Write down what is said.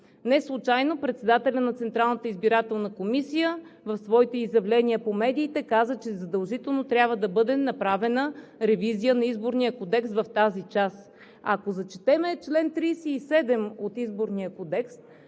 Централната избирателна комисия в своите изявления по медиите каза, че задължително трябва да бъде направена ревизия на Изборния кодекс в тази част. Ако зачетем чл. 37 от Изборния кодекс